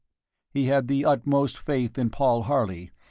he had the utmost faith in paul harley,